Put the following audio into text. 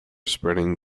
spreading